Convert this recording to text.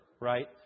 right